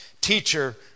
Teacher